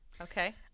Okay